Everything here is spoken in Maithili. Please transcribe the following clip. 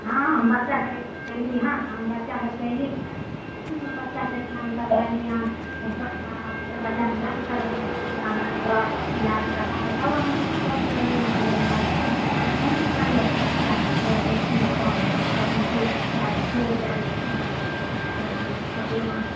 हँ हम बच्चाके देखरेख कयली हन हम बच्चाके कयली हन बच्चाके बच्चाके इलाज करवयली हन इलाज करा कऽ तब अहाँकेँ फोन कयली हन हम कहलियै गार्जियनकेँ फोन करियौ बच्चाकेँ लऽ जेथिन अपन कहथिन की सर छोड़ि देलखिन हम अहाँके कहलहुँ हन